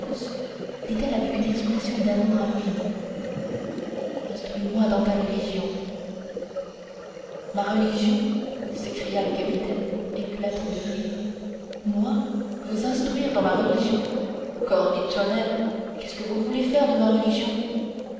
dit-elle avec une expression d'amour infinie instruis-moi dans ta religion ma religion s'écria le capitaine éclatant de rire moi vous instruire dans ma religion corne et tonnerre qu'est-ce que vous voulez faire de ma religion